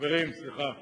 חברים, סליחה.